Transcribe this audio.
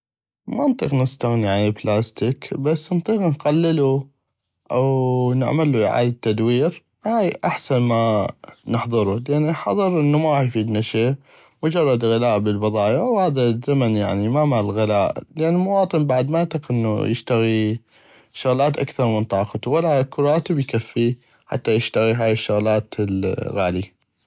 ما انطيق نستغني عن البلاستك بس انطيق نقللو او نعملو اعادة تدوير هاي احسن ما نحظرو لان الحظر انو ما غاح يفيدنا شي مجرد غلاء بل البضائع وهذا الزمن ما مال غلاء لان المواطن بعد ما اطيق بعد انو يشتغي شغلات اكثغ من طاقتو ولا اكو راتب يكفي حتى يشتغي هاي الشغلات الغاليي.